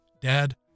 Dad